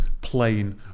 plain